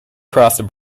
crossed